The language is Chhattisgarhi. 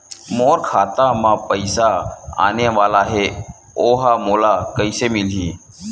मोर खाता म पईसा आने वाला हे ओहा मोला कइसे मिलही?